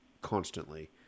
constantly